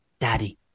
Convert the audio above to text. daddy